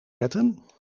zetten